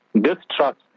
distrust